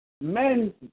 men